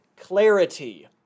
clarity